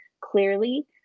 clearly